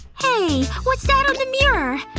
hey. what's that on the mirror?